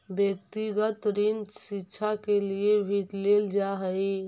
व्यक्तिगत ऋण शिक्षा के लिए भी लेल जा हई